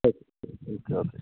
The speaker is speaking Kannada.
ಆಯ್ತು ಓಕೆ ಓಕೆ